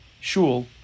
shul